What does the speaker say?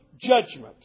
judgment